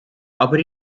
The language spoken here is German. aber